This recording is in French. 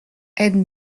aide